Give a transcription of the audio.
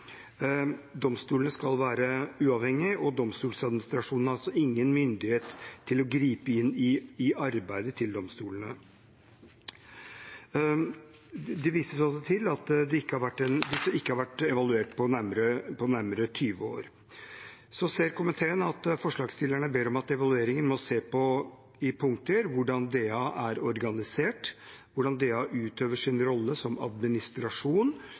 Domstolene skal være uavhengige, og Domstoladministrasjonen har altså ingen myndighet til å gripe inn i arbeidet til domstolene. Det vises også til at DA ikke har vært evaluert på nærmere 20 år. Komiteen ser at forslagsstillerne ber om at evalueringen må se på hvordan DA er organisert, og hvordan DA utøver sin rolle som administrasjon,